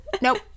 Nope